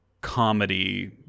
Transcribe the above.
comedy